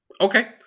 Okay